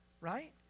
right